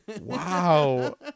Wow